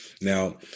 Now